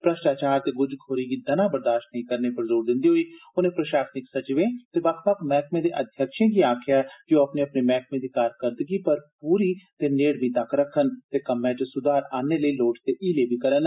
भ्रष्टाचार ते गुज्जखोरी गी दना बर्दाश्त नेंई करने पर जोर दिन्दे होई उनें प्रशासनिक सचिवें ते मैहकर्मे दे अध्यक्षें गी आक्खेया जे ओ अपने अपने मैहकमे दी कारकरदगी पर पूरी ते नेड़मी तक्क रखन ते कम्मै च सुधार आनने लेई लोड़चदे हीलें करन